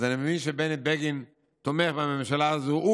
אז אני מבין שבני בגין תומך בממשלה זו; הוא